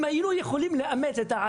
אם היינו יכולים לא לראות את כל